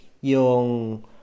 yung